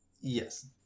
Yes